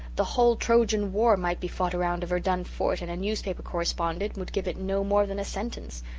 the whole trojan war might be fought around a verdun fort and a newspaper correspondent would give it no more than a sentence.